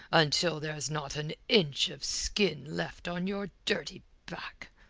until there's not an inch of skin left on your dirty back.